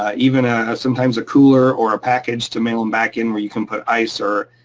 ah even sometimes a cooler or a package to mail them back in where you can put ice or